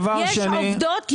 יש עובדות ידועות.